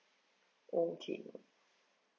okay